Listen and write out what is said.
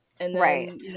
Right